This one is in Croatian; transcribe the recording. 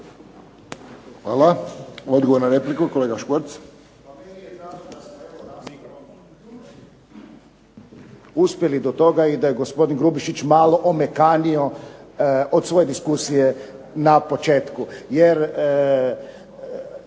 Hvala. Odgovor na repliku kolega Škvorc.